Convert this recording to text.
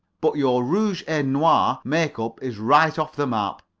but your rouge-et-noir make-up is right off the map.